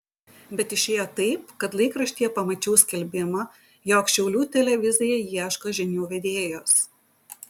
bet išėjo taip kad laikraštyje pamačiau skelbimą jog šiaulių televizija ieško žinių vedėjos